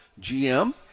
GM